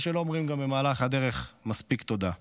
או שלא אומרים גם במהלך הדרך מספיק תודה.